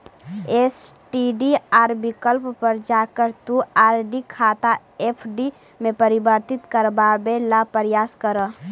STDR विकल्प पर जाकर तुम आर.डी खाता एफ.डी में परिवर्तित करवावे ला प्रायस करा